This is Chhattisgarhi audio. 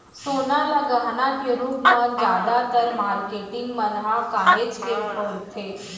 सोना ल गहना के रूप म जादातर मारकेटिंग मन ह काहेच के बउरथे